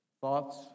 Thoughts